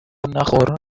نخور